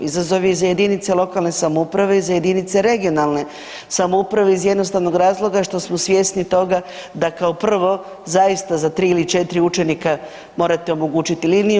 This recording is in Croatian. Izazov je i za jedinice lokalne samouprave i za jedinice regionalne samouprave iz jednostavnog razloga što smo svjesni toga da kao prvo zaista za tri ili četiri učenika morate omogućiti liniju.